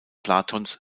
platons